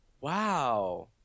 Wow